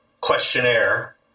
questionnaire